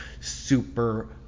super